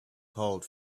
called